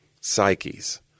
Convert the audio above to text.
psyches